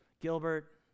Gilbert